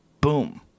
boom